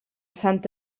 sant